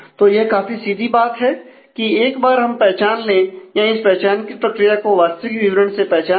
तो यह काफी सीधी बात है कि एक बार हम पहचान ले या इस पहचान की प्रक्रिया को वास्तविक विवरण से पहचान ले